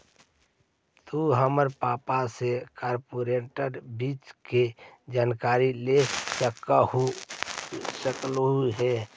तु हमर पापा से कॉर्पोरेट वित्त के जानकारी ले सकलहुं हे